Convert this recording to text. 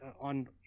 on